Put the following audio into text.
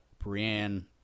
Brienne